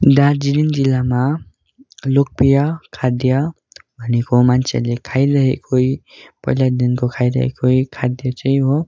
दार्जिलिङ जिल्लामा लोकप्रिय खाद्य भनेको मान्छेहरूले खाइरहेकै पहिल्यैदेखिको खाइरहेकै खाद्य चाहिँ हो